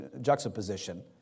juxtaposition